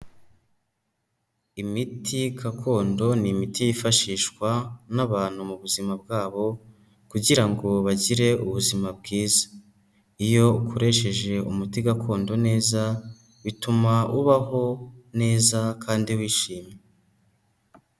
Imiti gakondo ni imiti yifashishwa n'abantu mu buzima bwabo kugira ngo bagire ubuzima bwiza. Iyo ukoresheje umuti gakondo neza bituma ubaho neza kandi wishimye.